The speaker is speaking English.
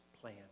plan